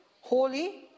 Holy